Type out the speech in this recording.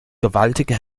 gewaltige